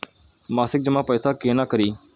मासिक जमा पैसा केना करी?